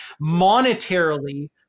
monetarily